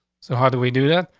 so how do we do that?